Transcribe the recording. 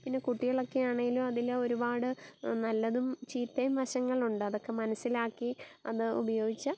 പിന്നെ കുട്ടികളൊക്കെ ആണെങ്കിലും അതില് ഒരുപാട് നല്ലതും ചീത്തയും വശങ്ങളുണ്ട് അതൊക്കെ മനസ്സിലാക്കി അത് ഉപയോഗിച്ചാൽ